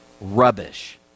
rubbish